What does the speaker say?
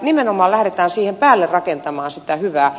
nimenomaan lähdetään siihen päälle rakentamaan sitä hyvää